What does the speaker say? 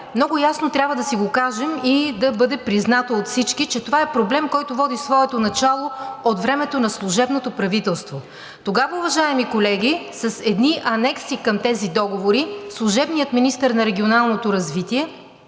Много ясно трябва да си го кажем и да бъде признато от всички, че това е проблем, който води своето начало от времето на служебното правителство. Тогава, уважаеми колеги, с едни анекси към тези договори служебният министър на регионалното развитие